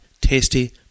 tasty